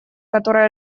которые